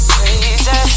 Crazy